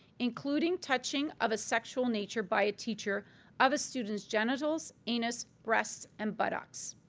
including touching of a sexual nature by a teacher of a student's genitals, anus, breasts and buttocks.